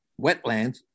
wetlands